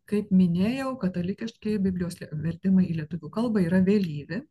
kaip minėjau katalikiškieji biblijos vertimai į lietuvių kalbą yra vėlyvi